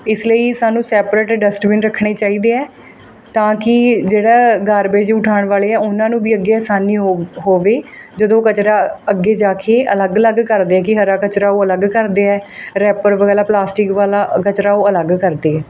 ਇਸ ਲਈ ਸਾਨੂੰ ਸੈਪਰੇਟ ਡਸਟਬਿਨ ਰੱਖਣੇ ਚਾਹੀਦੀ ਹੈ ਤਾਂ ਕਿ ਜਿਹੜਾ ਗਾਰਬੇਜ ਉਠਾਉਣ ਵਾਲੇ ਆ ਉਹਨਾਂ ਨੂੰ ਵੀ ਅੱਗੇ ਆਸਾਨੀ ਹੋਵੇ ਜਦੋਂ ਕਚਰਾ ਅੱਗੇ ਜਾ ਕੇ ਅਲੱਗ ਅਲੱਗ ਕਰਦੇ ਆ ਕਿ ਹਰਾ ਕਚਰਾ ਉਹ ਅਲੱਗ ਕਰਦੇ ਹਨ ਰੈਪਰ ਵਗੈਰਾ ਪਲਾਸਟਿਕ ਵਾਲਾ ਕਚਰਾ ਉਹ ਅਲੱਗ ਕਰਦੇ ਹਨ